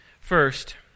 First